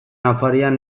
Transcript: afarian